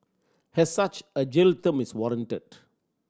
as such a jail term is warranted